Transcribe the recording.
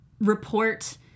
report